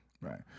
Right